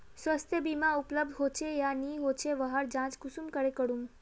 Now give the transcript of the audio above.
स्वास्थ्य बीमा उपलब्ध होचे या नी होचे वहार जाँच कुंसम करे करूम?